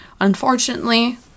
unfortunately